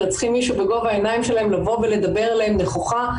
אלא צריכים מישהו בגובה העיניים שלהם לבוא ולדבר אליהם נכוחה,